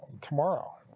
tomorrow